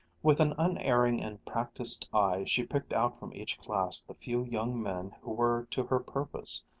with an unerring and practised eye she picked out from each class the few young men who were to her purpose,